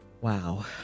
Wow